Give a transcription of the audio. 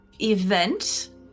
event